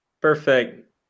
Perfect